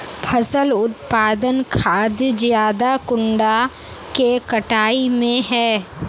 फसल उत्पादन खाद ज्यादा कुंडा के कटाई में है?